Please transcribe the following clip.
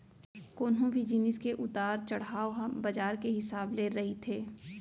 कोनो भी जिनिस के उतार चड़हाव ह बजार के हिसाब ले रहिथे